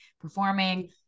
performing